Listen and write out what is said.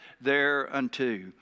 thereunto